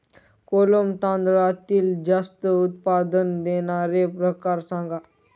कोलम तांदळातील जास्त उत्पादन देणारे प्रकार सांगा